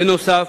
בנוסף,